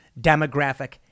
demographic